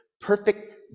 perfect